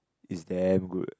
it's damn good